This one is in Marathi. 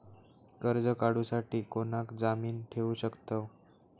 कर्ज काढूसाठी कोणाक जामीन ठेवू शकतव?